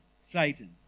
Satan